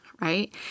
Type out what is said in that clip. right